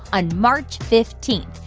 on march fifteen.